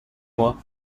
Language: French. mois